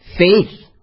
faith